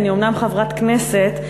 אני אומנם חברת הכנסת,